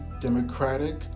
democratic